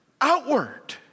outward